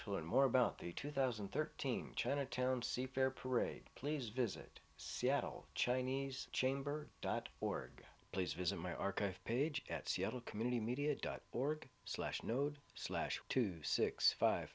to learn more about the two thousand and thirteen chinatown seafair parade please visit seattle chinese chamber dot org please visit my archive page at seattle community media dot org slash node slash two six five